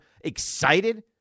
excited